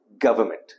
government